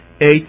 Eight